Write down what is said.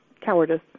Cowardice